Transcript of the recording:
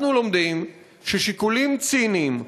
אנחנו לומדים ששיקולים ציניים,